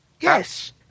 yes